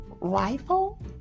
Rifle